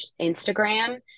Instagram